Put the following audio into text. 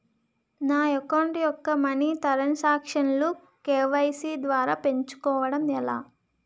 నా అకౌంట్ యెక్క money transaction లు కే.వై.సీ ద్వారా పెంచుకోవడం ఎలా?